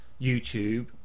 YouTube